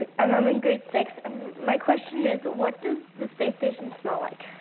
and i'm in grade six. and my question is what does the space station smell like?